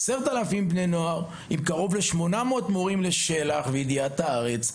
עם 10,000 בני נוער וקרוב ל-800 מורים לשל״ח וידיעת הארץ,